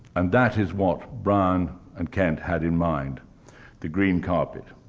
and that is what brown and kent had in mind the green carpet.